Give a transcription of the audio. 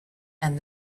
and